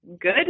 good